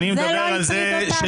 זה לא הטריד אותנו